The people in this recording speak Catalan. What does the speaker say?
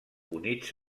units